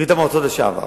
ברית-המועצות לשעבר.